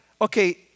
okay